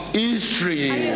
history